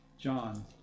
John